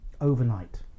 overnight